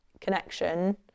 connection